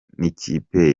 n’ikipe